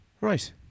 right